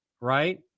Right